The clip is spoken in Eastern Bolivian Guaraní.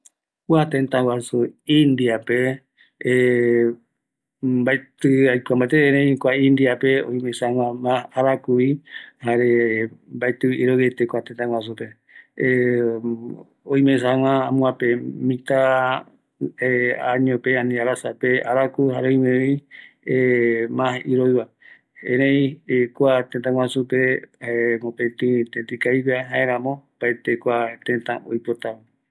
Kua indiape, mbaetiesagua iroɨ eteva, ëreï yaenduva jaeko kua tëtäguasu ikaviyae, jare opaete oipota kua tëtäguasu va, oïmeko aipo arasa ikaviva